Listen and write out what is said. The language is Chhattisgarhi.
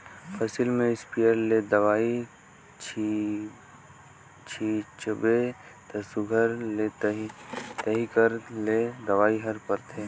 फसिल में इस्पेयर ले दवई छींचबे ता सुग्घर ले तरी कर जात ले दवई हर परथे